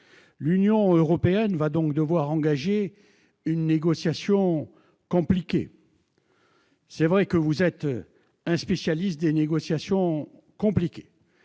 L'Union européenne va donc devoir engager une négociation compliquée. Il est vrai que vous êtes un spécialiste des négociations compliquées,